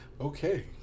Okay